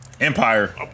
Empire